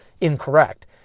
incorrect